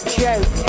joke